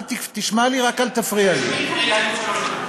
אל תשמע לי, רק אל תפריע לי.